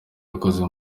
wakoze